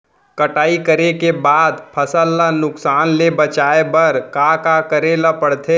कटाई करे के बाद फसल ल नुकसान ले बचाये बर का का करे ल पड़थे?